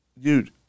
Dude